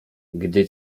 gdy